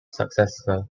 successor